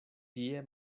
tie